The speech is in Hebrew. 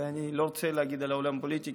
ואני לא רוצה להגיד על העולם הפוליטי,